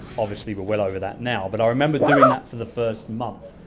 obviously, we're well over that now but i remember doing that for the first month,